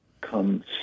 comes